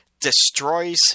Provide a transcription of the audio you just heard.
destroys